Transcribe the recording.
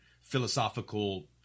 philosophical